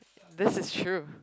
this is true